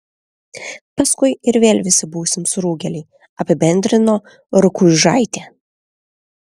paskui ir vėl visi būsim surūgėliai apibendrino rukuižaitė